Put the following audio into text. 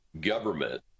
government